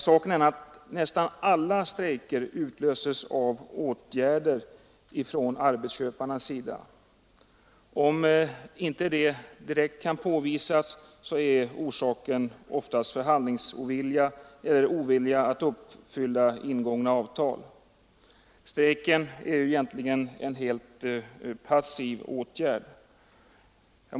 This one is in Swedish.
Saken är den att nästan alla strejker utlöses av åtgärder från arbetsköparnas sida. Även om det inte direkt kan påvisas, är orsaken oftast förhandlingsovilja eller ovilja att uppfylla ingångna avtal. Strejken är egentligen en helt passiv åtgärd.